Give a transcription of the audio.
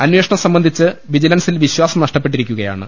അന്വേഷണം സംബന്ധിച്ച് വിജിലൻസിൽ വിശ്വാസം നഷ്ടപ്പെട്ടിരിക്കുകയാണ്